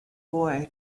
boy